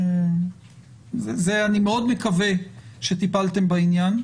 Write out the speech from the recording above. זה אני מאוד מקווה שטיפלתם בעניין,